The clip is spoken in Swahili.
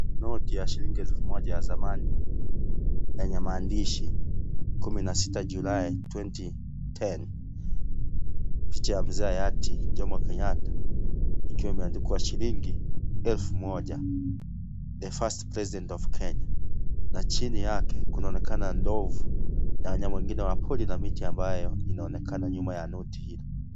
Noti ya shilingi elfu moja ya zamani yenye maandishi, kumi na sita Julai (cs)Twenty ten(cs) picha ya mzee hayati, Jomo Kenyatta, ikiwa imeandikwa shilingi elfu moja (cs)The first president of(cs) Kenya na chini yake kunaonekana ndovu na wanyama wengine wa pori na miti ambayo inaonekana nyuma ya noti hilo.